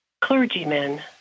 Clergymen